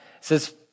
says